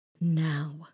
now